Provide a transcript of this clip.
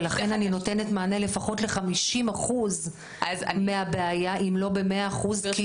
ולכן אני נותנת מענה לפחות ל-50 אחוזים מהבעיה אם לא ב-100 אחוזים,